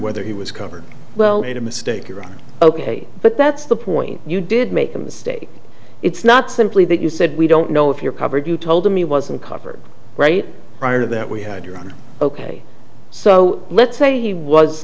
whether he was covered well made a mistake iraq ok but that's the point you did make a mistake it's not simply that you said we don't know if you're covered you told him he wasn't covered right prior to that we had you on ok so let's say he was